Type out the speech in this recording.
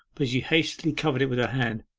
but she hastily covered it with her hand.